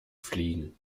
fliegen